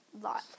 lot